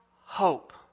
hope